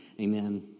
Amen